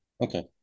Okay